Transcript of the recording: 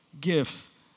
gifts